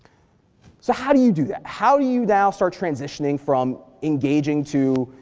so how do you do that? how do you, now, start transitioning from engaging to,